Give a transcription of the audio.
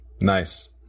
Nice